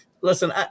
listen